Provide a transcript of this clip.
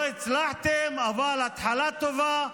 לא הצלחתם, אבל התחלה טובה.